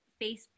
Facebook